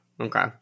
Okay